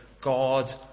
God